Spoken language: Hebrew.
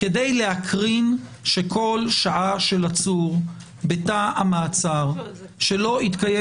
כדי להקרין שכל שעה של עצור בתא המעצר שלא התקיים